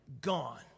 Gone